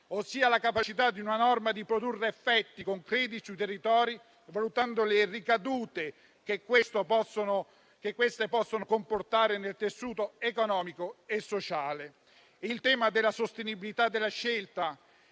ossia la capacità di una norma di produrre effetti concreti sui territori, valutando le ricadute che questi possono comportare nel tessuto economico e sociale. Il tema della sostenibilità della scelta